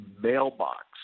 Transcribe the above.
mailbox